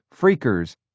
freakers